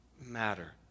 matter